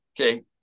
okay